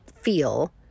feel